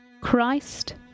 Christ